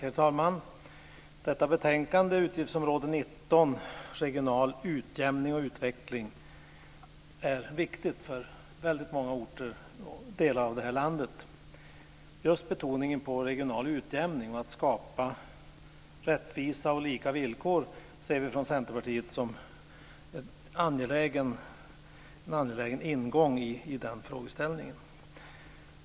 Herr talman! Detta betänkande, Utgiftsområde 19 Regional utjämning och utveckling är viktigt för väldigt många orter och för många delar av det här landet. Just betoningen på regional utjämning, att skapa rättvisa och lika villkor, ser vi från Centerpartiet som en angelägen ingång i den här frågeställningen.